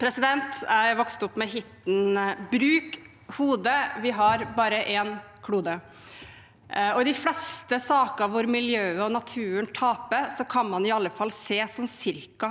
Jeg er vokst opp med hiten «Bruk hodet – vi har bare en klode». I de fleste saker hvor miljøet og naturen taper, kan man i alle fall se sånn cirka